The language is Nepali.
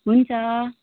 हुन्छ